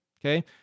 okay